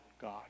God